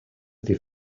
die